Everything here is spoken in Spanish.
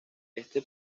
este